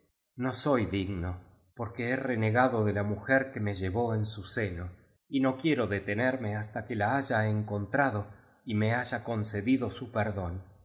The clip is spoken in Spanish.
no soy digno porque he renegado de la mujer que me llevó en su seno y no quiero detenerme hasta que la haya en contrado y me haya concedido su perdón